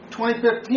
2015